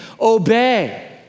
Obey